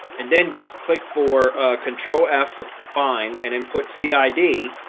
and then just click for control f four, fine and input see id.